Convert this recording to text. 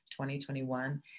2021